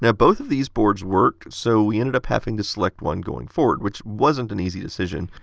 yeah both of these boards worked so we ended up having to select one going forward, which wasn't an easy decision.